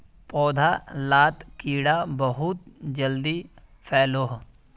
पौधा लात कीड़ा बहुत जल्दी फैलोह